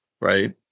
right